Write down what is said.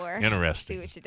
interesting